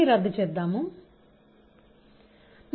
E